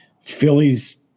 Philly's